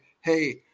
hey